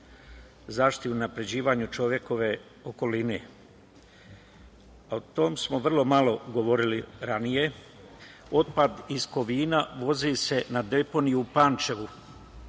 zaštiti i unapređivanju čovekove okoline, a o tome smo vrlo malo govorili ranije. Otpad iz Kovina vozi se na deponiju u Pančevu,